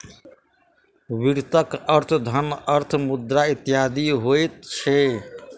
वित्तक अर्थ धन, अर्थ, मुद्रा इत्यादि होइत छै